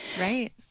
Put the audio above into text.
Right